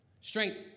Strength